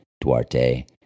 duarte